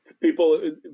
people